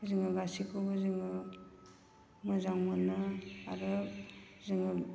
जोङो गासैखौबो जोङो मोजां मोनो आरो जोङो